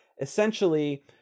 essentially